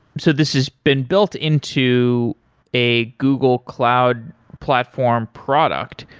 so this has been built into a google cloud platform product.